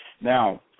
Now